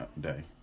day